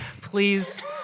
Please